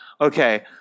okay